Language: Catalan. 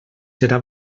serà